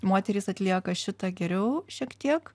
moterys atlieka šitą geriau šiek tiek